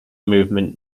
movement